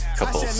couple